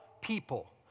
people